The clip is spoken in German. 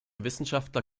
wissenschaftler